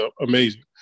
amazing